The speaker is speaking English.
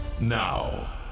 now